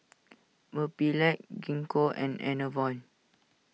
Mepilex Gingko and Enervon